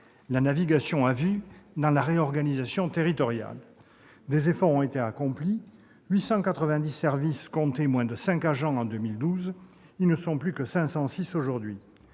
en matière de réorganisation territoriale. Des efforts ont été accomplis : 890 services comptaient moins de cinq agents en 2012, ils ne sont plus que 506 aujourd'hui